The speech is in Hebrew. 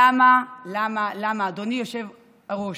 למה, למה, אדוני היושב-ראש,